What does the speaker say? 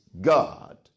God